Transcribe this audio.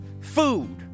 food